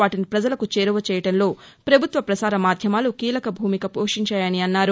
వాటిని ప్రజలకు చేరువచేయడంలో ప్రభుత్వ ప్రసారమాద్యమాలు కీలక భూమిక పోషించాయన్నారు